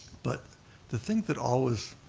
but the thing that always,